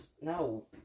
no